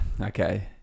Okay